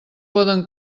poden